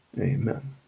Amen